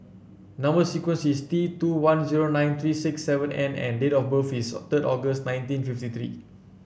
number sequence is T two one zero nine three six seven N and date of birth is third August nineteen fifty three